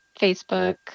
Facebook